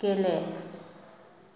गेले